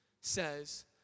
says